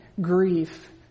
grief